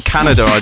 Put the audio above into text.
Canada